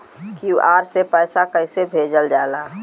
QR से पैसा कैसे भेजल जाला?